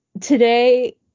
today